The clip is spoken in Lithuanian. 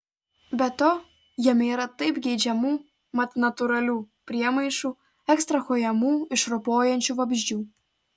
be to jame yra taip geidžiamų mat natūralių priemaišų ekstrahuojamų iš ropojančių vabzdžių